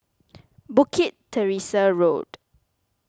Bukit Teresa Road